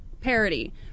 parody